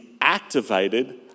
activated